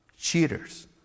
cheaters